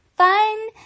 fun